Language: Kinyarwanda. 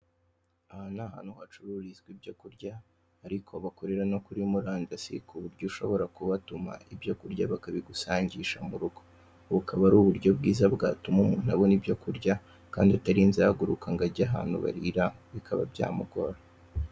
Aha ni ahantu hacururizwa ibyokurya ariko bakorera no kuri murandasi ku buryo ushobora kubatuma ibyokurya bakabigusangisha murugo. Ubu akaba ari uburyo bwiza bwatuma umuntu abona ibyokurya kandi atarinze ahaguruka ngo ajye ahantu barira bikaba byamugora.